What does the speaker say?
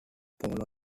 polo